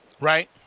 Right